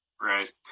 right